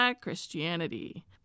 Christianity